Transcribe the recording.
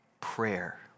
Prayer